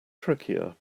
trickier